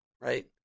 right